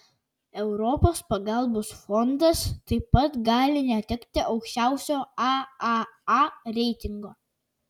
europos pagalbos fondas taip pat gali netekti aukščiausio aaa reitingo